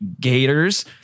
Gators